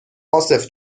عاصف